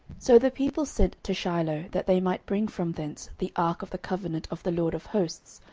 so the people sent to shiloh, that they might bring from thence the ark of the covenant of the lord of hosts,